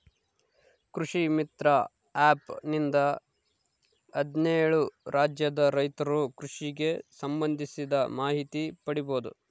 ಕೃಷಿ ಮಿತ್ರ ಆ್ಯಪ್ ನಿಂದ ಹದ್ನೇಳು ರಾಜ್ಯದ ರೈತರು ಕೃಷಿಗೆ ಸಂಭಂದಿಸಿದ ಮಾಹಿತಿ ಪಡೀಬೋದು